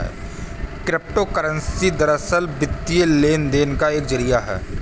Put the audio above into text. crypto currency दरअसल, वित्तीय लेन देन का एक जरिया है